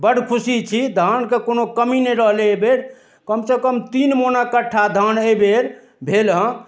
बड़ खुशी छी धानके कोनो कमी नहि रहलै एहि बेर कमसँ कम तीन मोनक कट्ठा धान एहि बेर भेलहँ